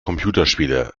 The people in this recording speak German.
computerspiele